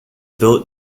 built